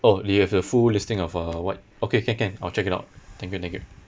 oh you have the full listing of uh what okay can can I'll check it out thank you thank you